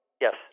Yes